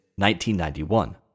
1991